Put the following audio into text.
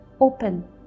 Open